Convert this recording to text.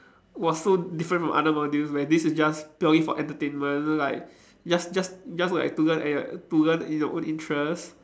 was so different from other modules where this is just purely for entertainment like just just just like to learn at your to learn in your own interests